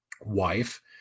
Wife